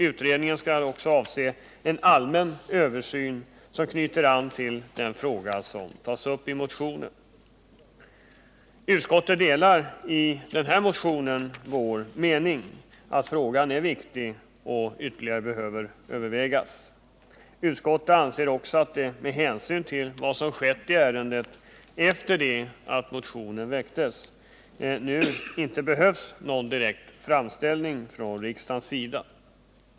Utredningen skall avse en allmän översyn, som knyter an till den fråga som tas upp i motionen. Utskottet delar, när det gäller denna motion, vår mening att frågan är viktig och ytterligare bör övervägas. Utskottet anser också att det med hänsyn till vad som skett i ärendet efter det att motionen väcktes nu inte behövs någon direkt framställning från riksdagens sida.